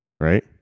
right